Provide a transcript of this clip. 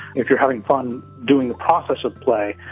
if you're having fun doing the process of play,